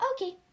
Okay